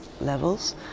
levels